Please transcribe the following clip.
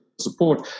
support